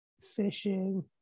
fishing